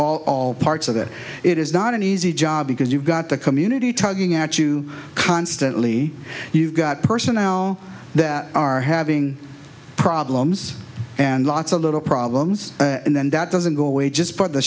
all parts of it it is not an easy job because you've got the community tugging at you constantly you've got personnel that are having problems and lots of little problems and then that doesn't go away just by the